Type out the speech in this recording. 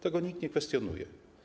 Tego nikt nie kwestionuje.